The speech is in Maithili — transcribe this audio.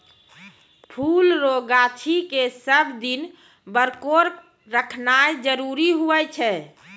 फुल रो गाछी के सब दिन बरकोर रखनाय जरूरी हुवै छै